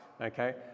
okay